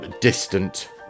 distant